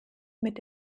mit